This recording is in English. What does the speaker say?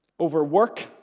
overwork